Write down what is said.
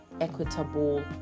equitable